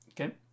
Okay